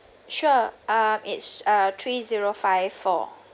sure uh it's uh three zero five four